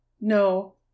No